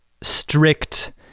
strict